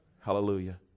hallelujah